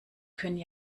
können